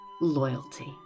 loyalty